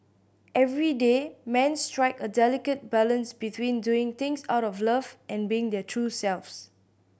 everyday men strike a delicate balance between doing things out of love and being their true selves